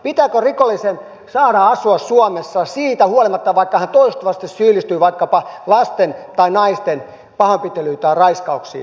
pitääkö rikollisen saada asua suomessa siitä huolimatta vaikka hän toistuvasti syyllistyy vaikkapa lasten tai naisten pahoinpitelyyn tai raiskauksiin